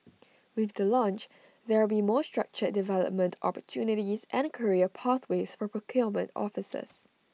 with the launch there will be more structured development opportunities and career pathways for procurement officers